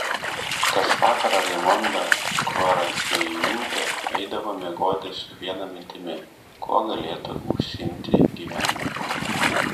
kas vakarą raimonda kvaraciejūtė eidavo miegoti su viena mintimi kuo galėtų užsiimti gyvenime